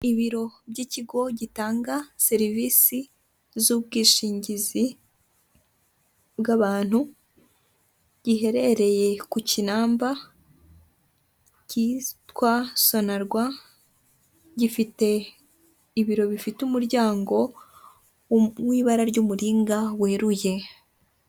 Ibiro by'ikigo gitanga serivisi z'ubwishingizi bw'abantu, giherereye ku Kinamba, kitwa sonarwa. Gifite ibiro bifite umuryango w'ibara ry'umuringa weruye.